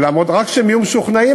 רק שהם יהיו משוכנעים,